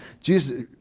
Jesus